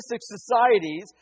societies